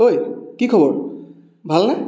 ঐ কি খবৰ ভালনে